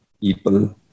people